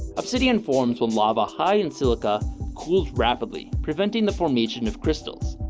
obsidian forms when lava high in silica cools rapidly. preventing the formation of crystals,